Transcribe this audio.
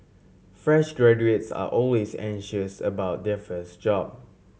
fresh graduates are always anxious about their first job